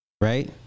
Right